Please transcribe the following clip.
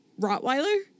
Rottweiler